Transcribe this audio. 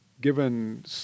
given